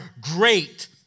great